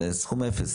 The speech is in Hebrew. זה סכום אפס,